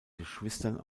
geschwistern